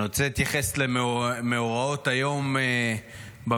אני רוצה להתייחס למאורעות היום במליאה,